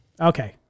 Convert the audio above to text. Okay